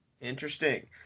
Interesting